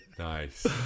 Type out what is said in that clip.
Nice